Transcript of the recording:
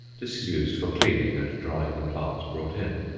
this is used for cleaning and drying the plants brought in.